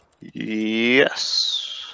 Yes